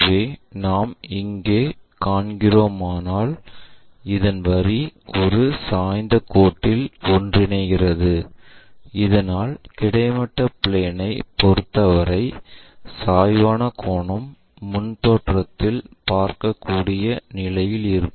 எனவே நாம் இங்கே காண்கிறோமானால் இந்த வரி ஒரு சாய்ந்த கோட்டில் ஒன்றிணைகிறது இதனால் கிடைமட்ட பிளேன்நைப் பொறுத்தவரை சாய்வான கோணம் முன் தோற்றத்தில் பார்க்கக்கூடிய நிலையில் இருக்கும்